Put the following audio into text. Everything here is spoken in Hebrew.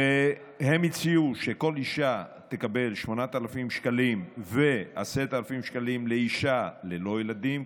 הן הציעו שכל אישה ללא תקבל 8,000 שקלים ו-10,000 שקלים לאישה עם ילדים.